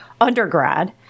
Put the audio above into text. undergrad